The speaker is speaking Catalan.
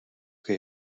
que